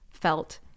felt